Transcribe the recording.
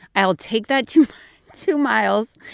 i'll take that two two miles.